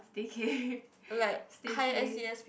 staycay staycay